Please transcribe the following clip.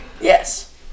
Yes